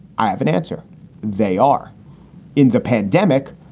i have an answer they are in the pandemic.